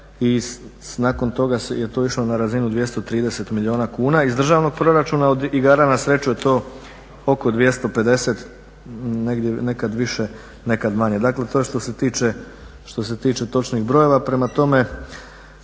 i nakon toga je to išlo na razinu 230 milijuna kuna iz državnog proračuna. Od igara na sreću je to oko 250, negdje nekad više, nekad manje. Dakle, to je što se tiče točnih brojeva.